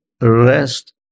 rest